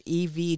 EV